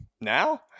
now